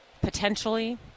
Potentially